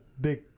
big